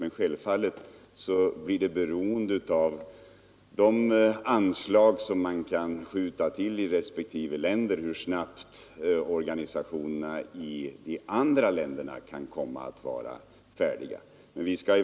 Hur snabbt organisationerna i de andra länderna kan komma att bli färdiga blir självfallet beroende av de anslag som kan tillskjutas i respektive land.